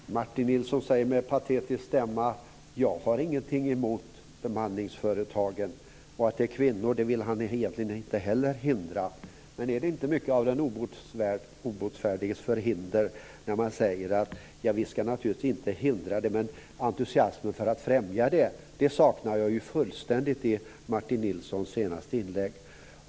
Fru talman! Martin Nilsson säger med en patetisk stämma att han inte har någonting emot bemanningsföretagen. Att det gäller kvinnor vill han egentligen inte heller hindra. Men är det inte mycket av den obotfärdiges förhinder att säga att man naturligtvis inte ska hindra det. Men entusiasmen för att främja det saknar jag fullständigt i Martin Nilsson senaste inlägg.